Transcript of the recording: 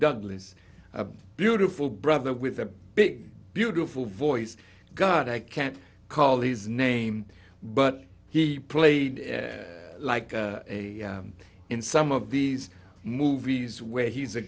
douglas a beautiful brother with a big beautiful voice god i can't call his name but he played like a in some of these movies where he's a